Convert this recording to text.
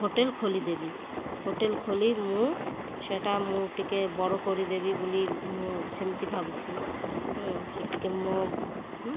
hotel ଖୋଲିଦେବି hotel ଖୋଲି ମୁଁ ସେଇଟା ମୁଁ ଟିକେ ବଡ଼ କରିଦେବି ବୋଲି ମୁଁ ସେମିତି ଭାବୁଛି ସେ ଟିକେ ମୋ